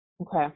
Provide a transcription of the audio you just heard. Okay